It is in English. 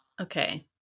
Okay